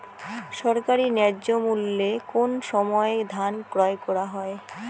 সরকারি ন্যায্য মূল্যে কোন সময় ধান ক্রয় করা হয়?